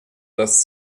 dass